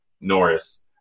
Norris